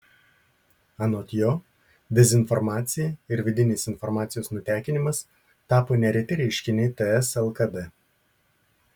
anot jo dezinformacija ir vidinės informacijos nutekinimas tapo nereti reiškiniai ts lkd